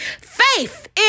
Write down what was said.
Faith